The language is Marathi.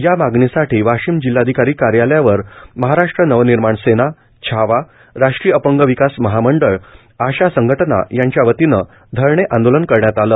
या मागणीसाठी वाशिम जिल्हाधिकारी कार्यालयावर महाराष्ट्र नवनिर्माण सेना छावा राष्ट्रीय अपंग विकास महामंडळ आशा संघटना यांच्यावतीन धरणे आंदोलन करण्यात आलं